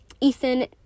Ethan